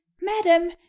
madam